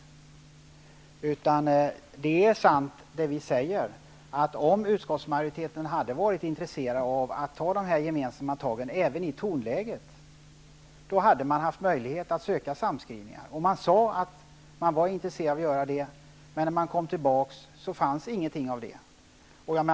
Det som vi säger är sant, nämligen att om utskottsmajoriteten hade varit intresserad av att ta dessa gemensamma tag, även i detta tonläge, hade man haft möjligheter att söka samskrivningar. Man sade att man var intresserad av att göra det, men när man kom tillbaka fanns ingenting av detta.